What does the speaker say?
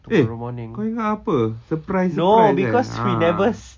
eh kau ingat apa surprise surprise ah